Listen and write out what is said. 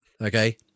okay